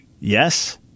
Yes